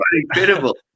incredible